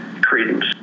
credence